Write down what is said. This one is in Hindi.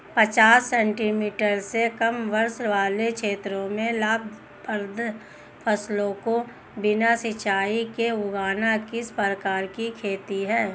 पचास सेंटीमीटर से कम वर्षा वाले क्षेत्रों में लाभप्रद फसलों को बिना सिंचाई के उगाना किस प्रकार की खेती है?